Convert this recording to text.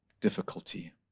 difficulty